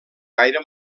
gaire